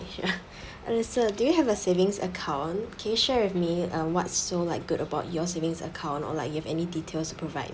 elisa do you have a savings account can you share with me uh what so like good about your savings account or like you have any details to provide